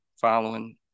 following